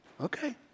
okay